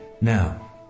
Now